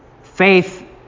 Faith